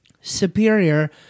superior